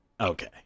Okay